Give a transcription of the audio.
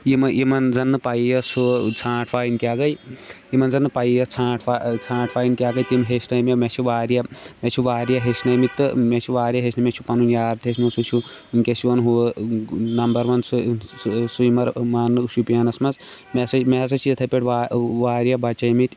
یِم یِمَن زَن نہٕ پَیی ٲس ہُہ ژھرانٛٹ وایَن کیاہ گٔیے یِمَن زَن نہٕ پَیی ٲس ژھرانٛٹ وَ ژھرانٛٹ وایِن کیاہ گٔیے تِم ہیچھنٲے مےٚ مےٚ چھِ واریاہ مےٚ چھِ واریاہ ہیٚچھنٲیمٕتۍ تہٕ مےٚ چھِ واریاہ ہیٚچھنٲیمٕتۍ مےٚ چھُ پَنُن یار تہِ ہیٚچھناو سُہ چھِ وٕنکٮ۪س یِوان ہُہ نمبر وَن سُہ سِومَر مانٛنہٕ شُپیَنَس منٛز مےٚ سَا مےٚ سا چھِ یِتھَے پٲٹھۍ وَ واریاہ بَچٲمٕتۍ